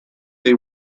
they